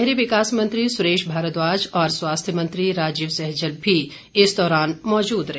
शहरी विकास मंत्री सुरेश भारद्वाज और स्वास्थ्य मंत्री राजीव सैजल भी इस दौरान मौजूद रहे